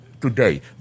today